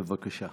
בבקשה.